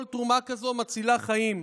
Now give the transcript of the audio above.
כל תרומה כזאת מצילה חיים,